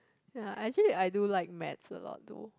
ya I actually I do like Maths a lot though